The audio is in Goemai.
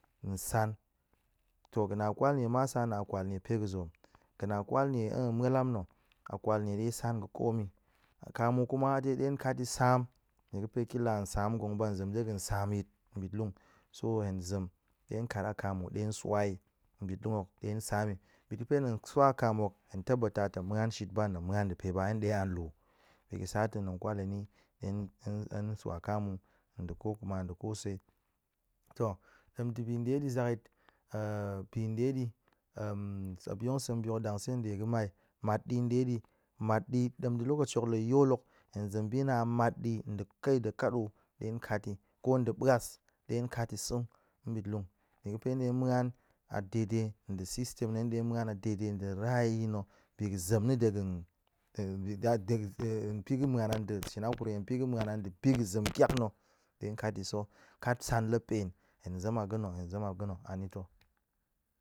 Nsa̱a̱n. to ga̱ na kwal nie mas na̱ a kwal nie pe ga̱zoom, ga̱ na kwal nie mualam na̱ a kwal nie ɗe san ga̱ koom yi, kamu kuma a de ɗe kat yi sam nie ga̱fe kila hen sam gong ba hen zem ɗe ga̱n sam yit nbit lun so hen zem ɗe kat la kamu ɗe swa yi nbit lun hok ɗe sam yi, bit ga̱pe tong swa kamu hok hen tabata tong muan shit ba tong muan ndipe ba hen ɗe an luu, bi ga̱ sa to kwal hen ni hen-hen-hen swa kamu nɗa̱ ko kuma nɗạ kosai. To ɗem dibi ɗe di zak yit bi ɗe di muop yong sa̱m bi hok ɗa̱ng seen ɗie ga̱mai, matdi ɗe di, matdi ɗem ɗa̱ lokaci hok hen la yol hok hen zem bi na̱ a matdi da kai da ƙaɗo ɗe kat ti ko nɗe ɓuas ɗe kat yi sa̱ nbit lun, nie ga̱pe hen ɗe muan a daidai nɗe system na̱, hen ɗe muan yi daidai nɗe rayi na̱ bi ga̱ zem nə ɗe ga̱n pi ga̱ muan ɗe shin hakuri hen pi ga̱ muan an ɗe bi ga̱ zem kiak na̱ ɗe kat yi sa̱ kat san la pen, hen zem a ga̱ na̱, hen zem a ga̱ na̱ anita̱